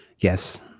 Yes